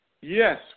Yes